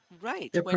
Right